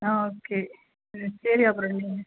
ஆ okay ஆ சரி அப்புறோம் நீங்கள்